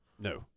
No